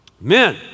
Men